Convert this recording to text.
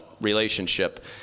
relationship